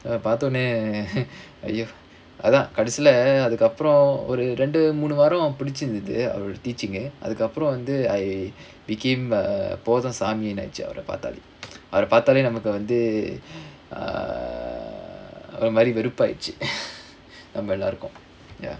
பாத்தோனே:paathonae !aiyo! அதான் கடைசில அதுக்கு அப்புறம் ஒரு ரெண்டு மூணு வாரம் புடிச்சிருந்துது அவரோட:athaan kadaisila athukku appuram oru rendu moonu vaaram pudichirunthuthu avaroda teaching அதுக்கு அப்புறம் வந்து:athukku appuram vanthu I became போதும் சாமினு ஆச்சு அவர பாத்தாலே அவர பாத்தாலே நமக்கு வந்து:pothum saaminu aachu avara paathaalae avara paathaalae namakku vanthu err ஒரு மாரி வெருப்பாயிருச்சு நம்ம எல்லாருக்கும்:oru maari veruppaayiruchu namma ellaarukkum